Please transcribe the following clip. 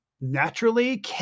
naturally